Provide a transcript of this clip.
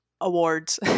awards